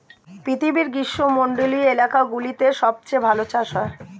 পৃথিবীর গ্রীষ্মমন্ডলীয় এলাকাগুলোতে সবচেয়ে ভালো চাষ হয়